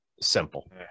Simple